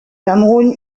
cameroun